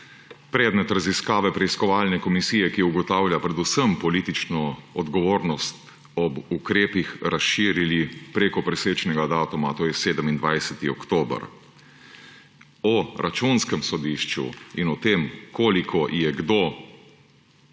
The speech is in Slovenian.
predmet raziskave preiskovalne komisije, ki ugotavlja predvsem politično odgovornost ob ukrepih, razširili prek presečnega datuma, to je 27. oktober. O Računskem sodišču in o tem, koliko je kdo